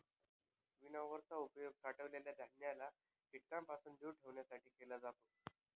winnower चा उपयोग साठवलेल्या धान्याला कीटकांपासून दूर ठेवण्यासाठी केला जातो